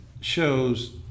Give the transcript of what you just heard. shows